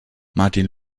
martin